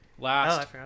Last